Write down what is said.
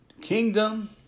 kingdom